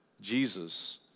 Jesus